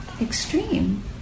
extreme